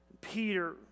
Peter